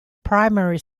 primary